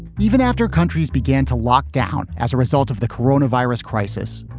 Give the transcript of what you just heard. even after countries began to lock down as a result of the corona virus crisis,